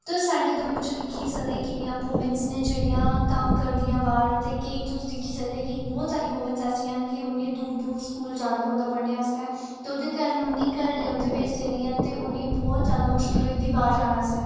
तुस साढ़े उधमपुर च दिक्खी सकदे कि'न्नियां वूमेंस न जेह्ड़ियां कम्म करदियां बाहर केईं तुस दिक्खी सकदे बहोत सारी वूमेंस ऐसियां न कि उ'नें गी दूर दूर स्कूल जाना पौंदा पढने आस्तै ते ओह्दे कारण उं'दे घर आह्ले उं'दे भेजदे निं ऐ ते उ'नें ई बहोत जादे मुश्कल होई दी उ'नें ई बाह्र जाने आस्तै